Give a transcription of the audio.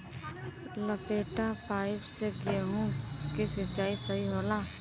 लपेटा पाइप से गेहूँ के सिचाई सही होला?